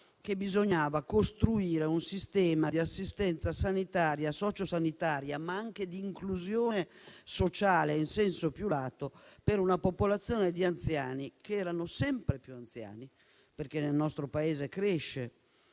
che bisognava costruire un sistema di assistenza sociosanitaria, ma anche di inclusione sociale in senso più lato, per una popolazione di anziani sempre più anziani. Nel nostro Paese infatti